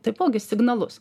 taipogi signalus